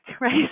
right